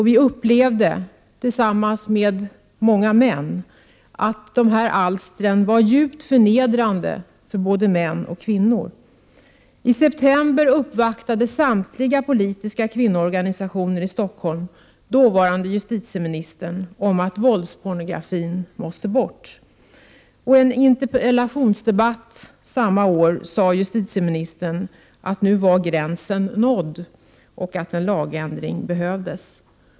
Vi upplevde, tillsammans med många män, att de här alstren var djupt förnedrande för både män och kvinnor. I september uppvaktade samtliga politiska kvinnoorganisationer i Stockholm dåvarande justitieministern och framhöll att våldspornografin måste bort. I en interpellationsdebatt samma år sade justitieministern att nu var gränsen nådd och att en lagändring behövdes.